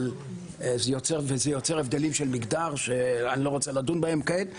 זה יוצר הבדלים של מגדר שאני לא רוצה לדון בהם כעת,